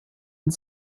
und